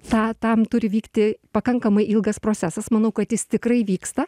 ta tam turi vykti pakankamai ilgas procesas manau kad jis tikrai vyksta